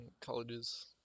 Colleges